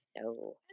No